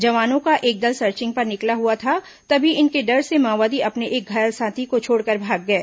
जवानों का एक दल सर्चिंग पर निकला हुआ था तभी इनके डर से माओवादी अपने एक घायल साथी को छोड़कर भाग गए